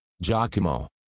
Giacomo